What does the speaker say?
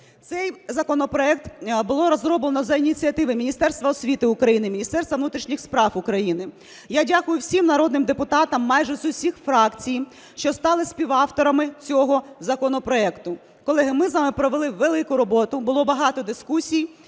Цей законопроект було розроблено за ініціативи Міністерства освіти України, Міністерства внутрішніх справ України. Я дякую всім народним депутатам майже з усіх фракцій, що стали співавторами цього законопроекту. Колеги, ми з вами провели велику роботу, було багато дискусій,